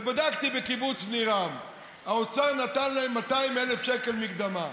ובדקתי בקיבוץ ניר עם, האוצר נתן להם 200,000 שקל מקדמה.